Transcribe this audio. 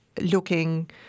looking